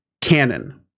canon